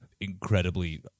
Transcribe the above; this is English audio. incredibly